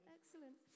Excellent